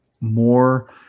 more